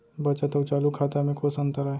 बचत अऊ चालू खाता में कोस अंतर आय?